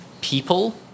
people